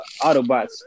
Autobots